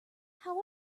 how